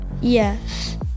Yes